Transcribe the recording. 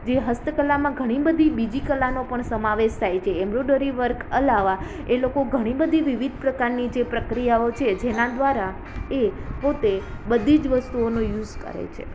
જે હસ્તકલામાં ઘણીબધી બીજી કલાનો પણ સમાવેશ થાય છે એમરોડરી વર્ક અલાવા એ લોકો ઘણી બધી વિવિધ પ્રકારની જે પ્રક્રિયાઓ છે જેના દ્વારા તે પોતે બધી જ વસ્તુઓનો યુસ કરે છે